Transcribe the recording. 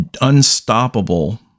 unstoppable